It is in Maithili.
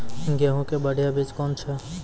गेहूँ के बढ़िया बीज कौन छ?